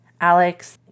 Alex